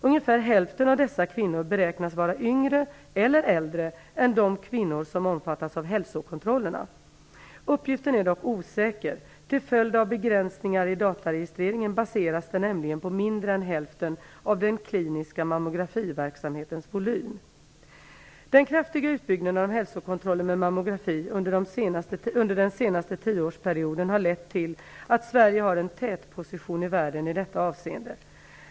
Ungefär hälften av dessa kvinnor beräknas vara yngre eller äldre än de kvinnor som omfattas av hälsokontrollerna. Uppgiften är dock osäker. Till följd av begränsningar i dataregistreringen baseras den nämligen på mindre än hälften av den kliniska mammografiverksamhetens volym. Den kraftiga utbyggnaden av hälsokontroller med mammografi har under den senaste tioårsperioden lett till att Sverige har en tätposition i världen i detta avseende.